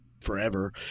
forever